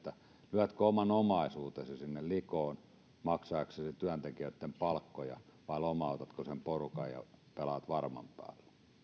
lyötkö oman omaisuutesi likoon maksaaksesi työntekijöitten palkkoja vai lomautatko sen porukan ja pelaat varman päälle